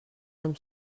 amb